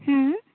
ᱦᱩᱸᱻ